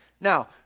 Now